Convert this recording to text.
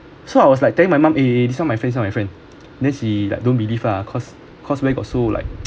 so I was like telling my mum eh this one my friend this one my friend then she like don't believe lah because because where got so like